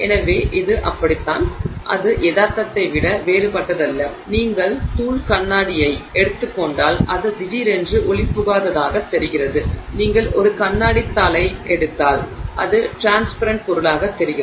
எனவே அது அப்படித்தான் அது யதார்த்தத்தை விட வேறுபட்டதல்ல நீங்கள் தூள் கண்ணாடியை எடுத்துக் கொண்டால் அது திடீரென்று ஒளிபுகாததாகத் தெரிகிறது நீங்கள் ஒரு கண்ணாடி தாளை எடுத்தால் அது ட்ரான்ஸ்பரென்ட் பொருளாகத் தெரிகிறது